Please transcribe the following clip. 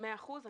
מאה אחוז,